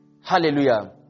Hallelujah